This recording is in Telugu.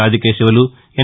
ఆదికేశవులు ఎన్